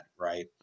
right